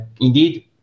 indeed